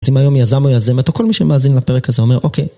אז אם היום יזם או יזמת או כל מי שמאזין לפרק הזה אומר אוקיי.